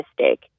mistake